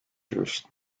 juice